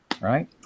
right